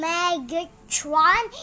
Megatron